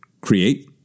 create